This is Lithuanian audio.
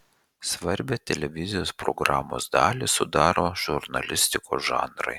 svarbią televizijos programos dalį sudaro žurnalistikos žanrai